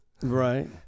Right